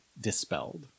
dispelled